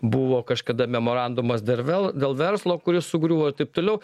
buvo kažkada memorandumas dar vel dėl verslo kuris sugriuvo ir taip toliau